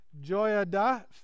joyada